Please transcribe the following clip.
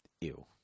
Ew